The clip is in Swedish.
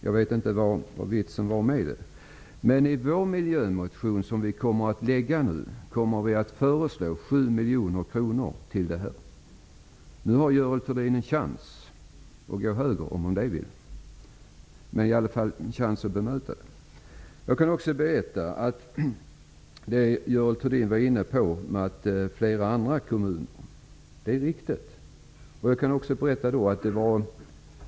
Jag vet inte vad vitsen var med att säga det, men jag kan berätta för Görel Thurdin att vi, i den miljömotion som vi nu kommer att väcka, föreslår 7 miljoner kronor till detta ändamål. Görel Thurdin har nu en chans att gå högre om hon vill det. Hon har i alla fall en chans att bemöta det. Görel Thurdin var inne på att man skulle få med flera kommuner. Det är riktigt.